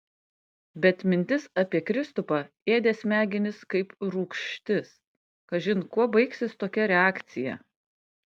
bet mintis apie kristupą ėdė smegenis kaip rūgštis kažin kuo baigsis tokia reakcija